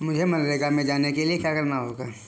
मुझे मनरेगा में जाने के लिए क्या करना होगा?